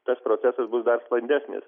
tas procesas bus dar sklandesnis